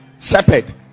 shepherd